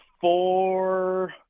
four